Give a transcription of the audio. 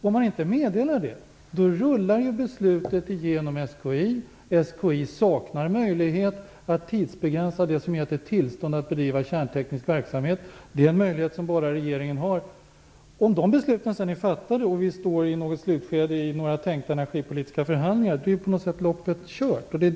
Om man inte meddelar det rullar ju beslutet genom SKI, och SKI saknar möjlighet att tidsbegränsa det som gällt ett tillstånd att bedriva kärnteknisk verksamhet - det är en möjlighet som bara regeringen har. Om de besluten sedan är fattade och vi står i ett slutskede i några tänkta energipolitiska förhandlingar är loppet på något sätt kört.